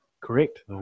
Correct